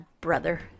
brother